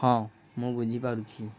ହଁ ମୁଁ ବୁଝିପାରୁଛି